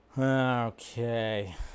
Okay